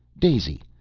daisy!